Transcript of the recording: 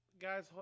Guys